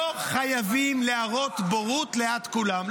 אני חוזר עוד פעם: לא חייבים להראות בורות ליד כולם,